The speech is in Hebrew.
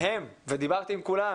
ודיברתי עם כולם,